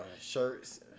shirts